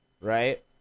right